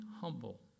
humble